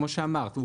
כמו שאמרת,